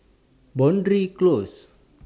Boundary Close